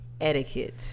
etiquette